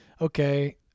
okay